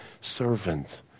Servant